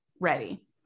ready